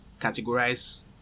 categorize